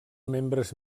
membres